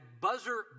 buzzer